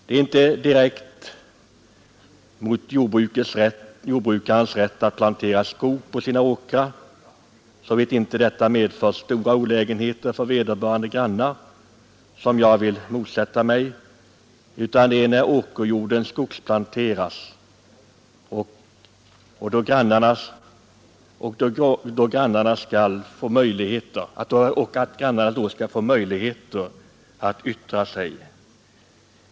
Det är inte direkt jordbrukarens rätt att plantera skog på sina åkrar som jag vill motsätta mig, såvitt inte detta medför stora olägenheter för vederbörande grannar, utan jag anser att innan åkerjorden skogsplanteras skall grannarna få möjligheter att yttra sig.